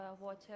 water